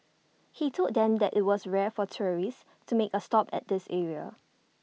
he told them that IT was rare for tourists to make A stop at this area